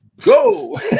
go